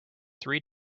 three